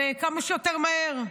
וכמה שיותר מהר.